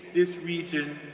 this region,